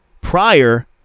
prior